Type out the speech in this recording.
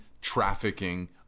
trafficking